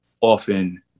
often